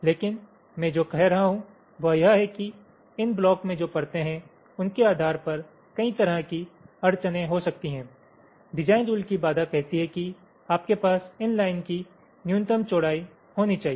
लेकिन मैं जो कह रहा हूं वह यह है कि इन ब्लॉक में जो परतें हैं उनके आधार पर कई तरह की अड़चनें हो सकती हैं डिजाइन रुल की बाधा कहती है कि आपके पास इन लाइन की कुछ न्यूनतम चौड़ाई होनी चाहिए